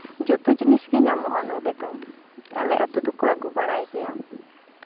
ᱡᱚᱛᱚ ᱡᱤᱱᱤᱥᱜᱮ ᱧᱟᱢᱚᱜᱼᱟ ᱱᱚᱸᱰᱮ ᱫᱚ ᱟᱞᱮ ᱟᱹᱛᱩ ᱫᱚᱠᱚ ᱟᱹᱜᱩ ᱵᱟᱲᱟᱭ ᱜᱮᱭᱟ